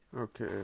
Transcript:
Okay